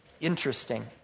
interesting